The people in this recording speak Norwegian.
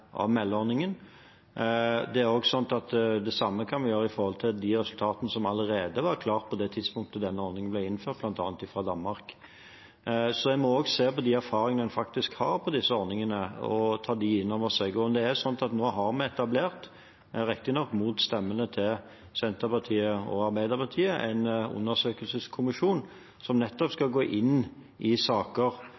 Det samme kan vi gjøre når det gjelder de resultatene som allerede var klare på det tidspunktet denne ordningen ble innført, bl.a. fra Danmark. En må se på de erfaringene en faktisk har når det gjelder disse ordningene, og ta dem inn over seg. Nå har vi etablert, riktignok mot stemmene til Senterpartiet og Arbeiderpartiet, en undersøkelseskommisjon som